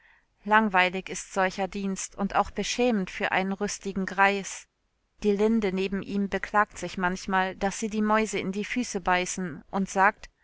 langweilig ist solcher dienst und auch beschämend für einen rüstigen greis die linde neben ihm beklagt sich manchmal daß sie die mäuse in die füße beißen und sagt